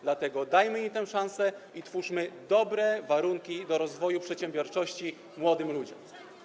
Dlatego dajmy im tę szansę i stwórzmy dobre warunki do rozwoju przedsiębiorczości młodym ludziom.